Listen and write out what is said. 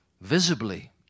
visibly